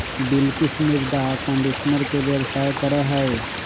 बिलकिश मृदा कंडीशनर के व्यवसाय करा हई